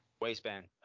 Waistband